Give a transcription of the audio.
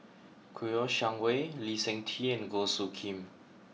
Kouo Shang Wei Lee Seng Tee and Goh Soo Khim